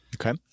Okay